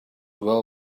well